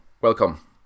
Welcome